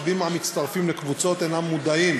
רבים מהמצטרפים לקבוצות אינם מודעים